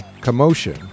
Commotion